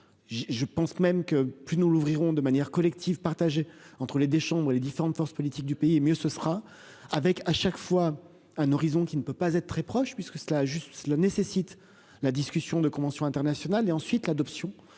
Je pense même que plus nous l'ouvrirons de manière collective partagée entre les des chambres et les différentes forces politiques du pays et mieux ce sera. Avec à chaque fois un horizon qui ne peut pas être très proche puisque cela juste cela nécessite la discussion de conventions internationales et ensuite l'adoption